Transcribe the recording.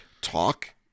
talk